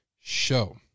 show